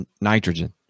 nitrogen